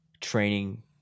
training –